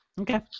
Okay